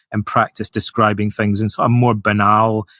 and practice describing things in some more banal,